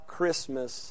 Christmas